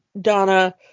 Donna